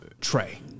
Trey